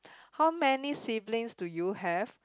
how many siblings do you have